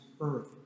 earth